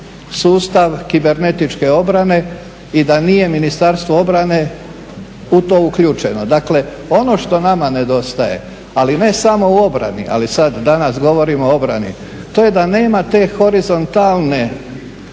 sustav kibernetičke obrane i da nije Ministarstvo obrane u to uključeno. Dakle ono što nama nedostaje, ali ne samo u obrani, ali danas govorimo o obrani, to je da nema one horizontalne